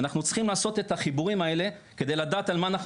ואנחנו צריכים לעשות את החיבורים האלה כדי לדעת על מה אנחנו